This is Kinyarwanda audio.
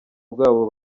rwabo